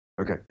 Okay